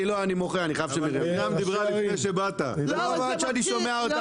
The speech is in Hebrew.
אני מכבד את כל מי שנמצא פה,